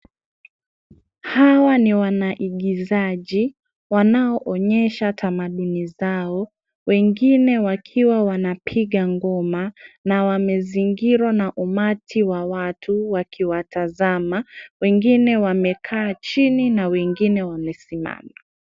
Hawa ni wanaigizaji wanaoonyesha tamaduni zao, wengine wakiwa wanapiga ngoma na wamezingirwa na watu wakiwatazama wengine wamekaa chini na wengine wamesimama.